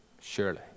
surely